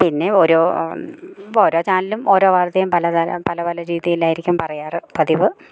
പിന്നെയോരോ ഓരോ ചാനലും ഓരോ വാർത്തയും പലതരം പല പല രീതിയിലായിരിക്കും പറയാറ് പതിവ്